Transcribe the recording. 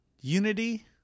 Unity